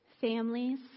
Families